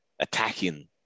attacking